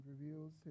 reveals